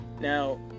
Now